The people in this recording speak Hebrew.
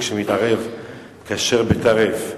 כשמתערב כשר בטרף.